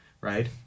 right